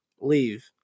Leave